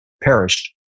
perished